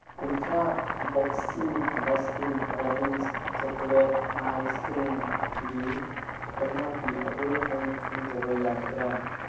ꯀꯨꯟꯊ꯭ꯔꯥ ꯕꯣꯛꯁꯤꯡ Baskin Robbins chocolate ꯑꯥꯏꯁꯀ꯭ꯔꯤꯝꯒꯤ ꯑꯝ ꯑꯥꯔ ꯄꯤ ꯑꯗꯨ ꯑꯩ ꯈꯪꯖꯕ ꯌꯥꯒꯗ꯭ꯔꯥ